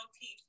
teeth